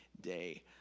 day